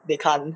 they can't